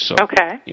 Okay